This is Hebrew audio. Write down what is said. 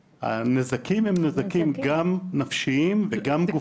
הנזקים הם גם נזקים נפשיים וגם גופניים.